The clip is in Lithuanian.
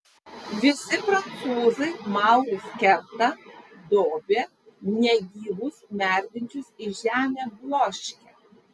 visi prancūzai maurus kerta dobia negyvus merdinčius į žemę bloškia